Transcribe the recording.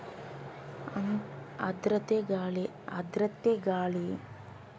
ಆರ್ದ್ರತೆ ಗಾಳಿಲಿ ಇರೋ ನೀರಿನ ಬಾಷ್ಪದ ಪ್ರಮಾಣ ನೀರಿನ ಬಾಷ್ಪ ಅಂದ್ರೆ ನೀರಿನ ಅನಿಲ ಸ್ಥಿತಿ ಮಾನವನ ಕಣ್ಣಿಗೆ ಅದೃಶ್ಯವಾಗಿರ್ತದೆ